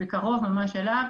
קרוב ממש אליו,